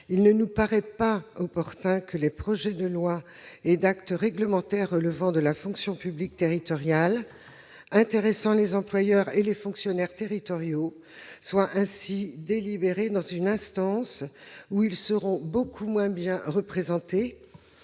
Il ne nous paraît pas opportun que les projets de loi et d'acte réglementaire relevant de la fonction publique territoriale, intéressant les employeurs et les fonctionnaires territoriaux, fassent l'objet d'une délibération au sein d'une instance où ils seront beaucoup moins bien représentés,